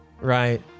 Right